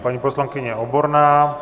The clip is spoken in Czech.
Paní poslankyně Oborná.